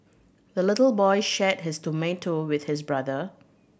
the little boy shared his tomato with his brother